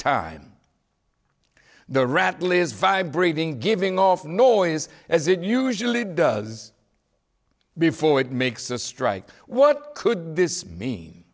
time the rattle is vibrating giving off noise as it usually does before it makes a strike what could this mean